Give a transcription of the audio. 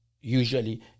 Usually